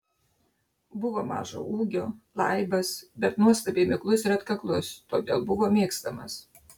buvo mažo ūgio laibas bet nuostabiai miklus ir atkaklus todėl buvo mėgstamas